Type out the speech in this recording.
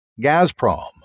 Gazprom